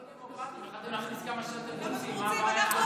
יכולתם להכניס כמה שאתם רוצים, מה הבעיה?